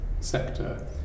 sector